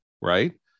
right